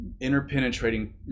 interpenetrating